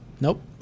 nope